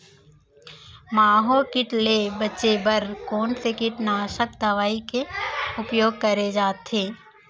माहो किट ले बचे बर कोन से कीटनाशक दवई के उपयोग करे जाथे?